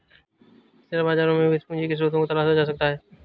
share बाजार में भी पूंजी के स्रोत को तलाशा जा सकता है